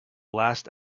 last